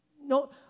no